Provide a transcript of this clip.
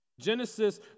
Genesis